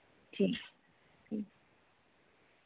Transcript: ठीक ऐ ठीक